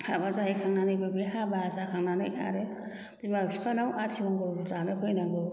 हाबा जाहैखांनानैबो बे हाबा जाखांनानै आरो बिमा बिफानाव आथि मंगल जानो फैनांगौ